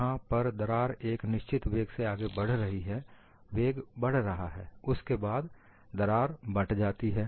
यहां पर दरार एक निश्चित वेग से आगे बढ़ रही है वेग बढ़ रहा है उसके बाद दरार बँट जाती है